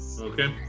Okay